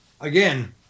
Again